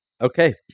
okay